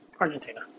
Argentina